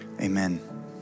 amen